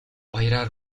баяраар